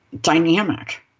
dynamic